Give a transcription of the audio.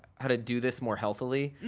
how to do this more healthily.